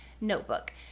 notebook